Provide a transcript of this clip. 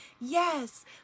Yes